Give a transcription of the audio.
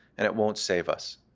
and it won't save us.